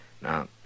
Now